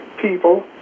people